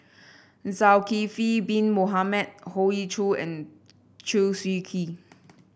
Zulkifli Bin Mohamed Hoey Choo and Chew Swee Kee